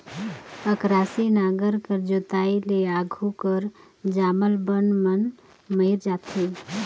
अकरासी नांगर कर जोताई ले आघु कर जामल बन मन मइर जाथे